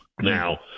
Now